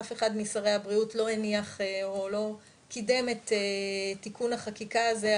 אף אחד משרי הבריאות לא קידם את תיקון החקיקה הזה,